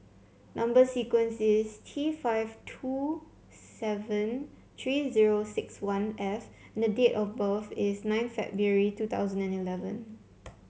number sequence is T five two seven three zero six one F and the date of birth is nine February two thousand and eleven